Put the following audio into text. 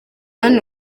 hano